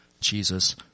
Jesus